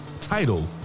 title